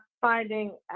finding